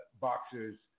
boxers